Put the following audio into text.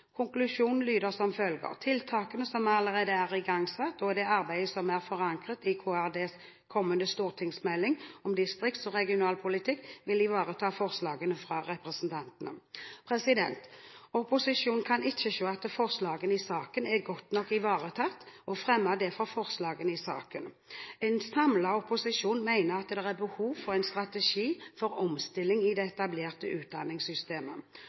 Konklusjonen lyder som følger: Tiltakene som allerede er igangsatt, og det arbeidet som er forankret i KRDs kommende stortingsmelding om distrikts- og regionalpolitikk, vil ivareta forslagene fra representantene. Opposisjonen kan ikke se at forslagene i saken er godt nok ivaretatt og fremmer derfor forslagene i saken. En samlet opposisjon mener at det er behov for en strategi for omstilling i det etablerte utdanningssystemet,